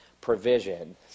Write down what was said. Provision